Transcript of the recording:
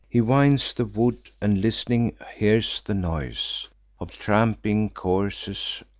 he winds the wood, and, list'ning, hears the noise of tramping coursers,